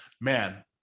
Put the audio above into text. Man